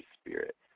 spirit